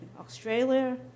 australia